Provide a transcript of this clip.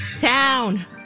Town